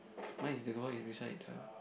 mine is the boy is beside the